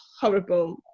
horrible